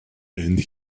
and